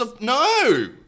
No